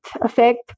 effect